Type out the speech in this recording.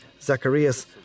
Zacharias